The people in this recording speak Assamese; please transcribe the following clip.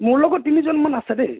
মোৰ লগত তিনিজন মান আছে দেই